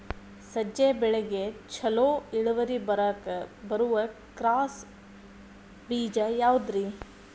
ಸಜ್ಜೆ ಬೆಳೆಗೆ ಛಲೋ ಇಳುವರಿ ಬರುವ ಕ್ರಾಸ್ ಬೇಜ ಯಾವುದ್ರಿ?